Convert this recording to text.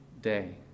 day